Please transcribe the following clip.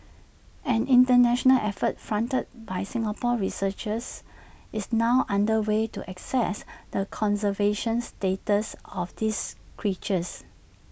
an International effort fronted by Singapore researchers is now under way to assess the conservation status of these creatures